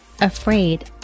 afraid